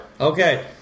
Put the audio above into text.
Okay